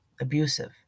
abusive